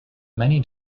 many